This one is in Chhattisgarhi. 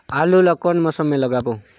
आलू ला कोन मौसम मा लगाबो?